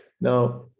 Now